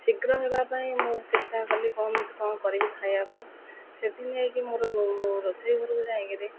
ଶୀଘ୍ର ହେବା ପାଇଁ ମୁଁ ଚେଷ୍ଟା କଲି କ'ଣ କରିବି ଖାଇବା ପାଇଁ ସେଥିପାଇଁକି ମୋର ରୋଷେଇ ଘରକୁ ଯାଇ କିରି